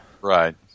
Right